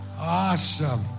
Awesome